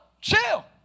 chill